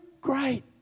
great